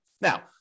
Now